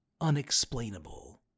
unexplainable